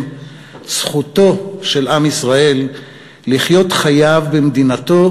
זכותו של עם ישראל לחיות את חייו במדינתו,